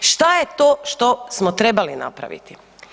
Šta je to što smo trebali napraviti?